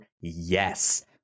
yes